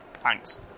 Thanks